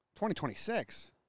2026